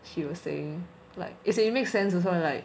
she was saying like as in it makes sense also like